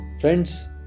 Friends